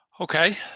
Okay